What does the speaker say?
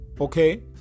Okay